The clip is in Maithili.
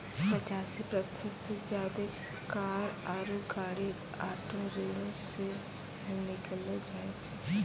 पचासी प्रतिशत से ज्यादे कार आरु गाड़ी ऑटो ऋणो से ही किनलो जाय छै